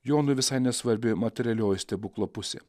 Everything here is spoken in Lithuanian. jonui visai nesvarbi materialioji stebuklo pusė